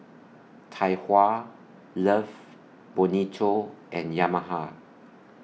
Tai Hua Love Bonito and Yamaha